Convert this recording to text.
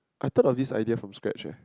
I thought of this idea from scratch eh